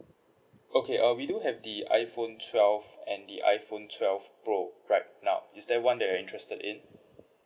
okay uh we do have the iphone twelve and the iphone twelve pro right now is there one that you're interested in it